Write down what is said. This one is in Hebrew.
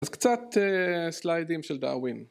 אז קצת סליידים של דרווין